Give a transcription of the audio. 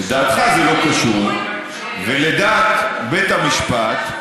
לדעתך זה לא קשור, ולדעת בית המשפט,